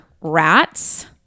rats